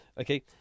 Okay